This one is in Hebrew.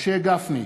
משה גפני,